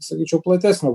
sakyčiau platesnio